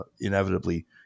inevitably